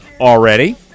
already